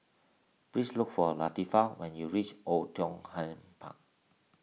please look for Latifah when you reach Oei Tiong Ham Park